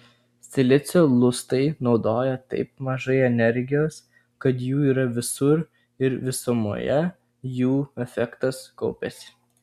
silicio lustai naudoja taip mažai energijos kad jų yra visur ir visumoje jų efektas kaupiasi